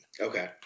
Okay